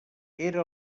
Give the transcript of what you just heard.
era